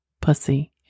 pussy